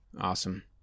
Awesome